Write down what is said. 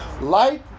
light